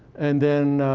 and then,